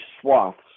swaths